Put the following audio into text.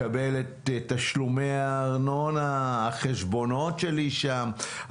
מקבל את תשלומי הארנונה, החשבונות שלי שם,